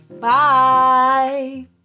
Bye